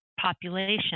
population